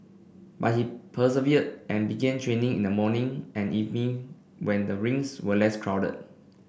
but he persevered and began training in the morning and evening when the rinks were less crowded